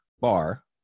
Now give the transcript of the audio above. bar